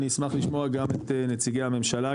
אני אשמח לשמוע גם את נציגי הממשלה,